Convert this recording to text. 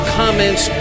comments